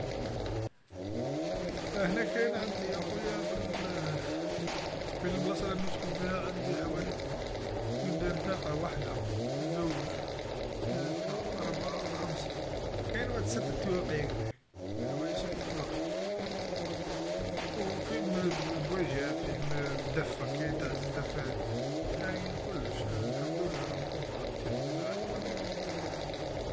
أهنا كاين عندي أخويا في ال، في البلاصه لنسكن فيها عندي حوالي قدام تاقه وحدا زوج ثلاثا ربعا خمسا، كاين وحد ست تواقي هكذاك، حوالي ست تواقي، و فيه ما زويجات فيه ما دفى كاين تع زوج دفات، كاين كلش الحمد لله راها متوفرا التيق حنا عندنا.